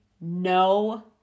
no